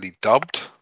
dubbed